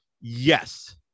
Yes